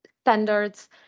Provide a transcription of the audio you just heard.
standards